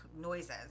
noises